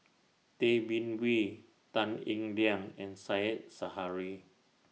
Tay Bin Wee Tan Eng Liang and Said Zahari